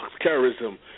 terrorism